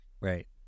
right